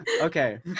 Okay